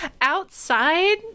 outside